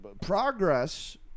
progress